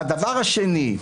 השני,